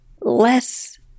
less